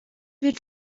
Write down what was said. wird